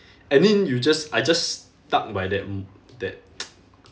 and then you just I just stuck by that m~ that